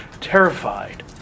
terrified